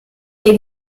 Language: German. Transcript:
der